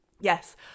yes